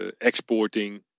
exporting